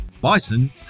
Bison